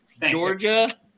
Georgia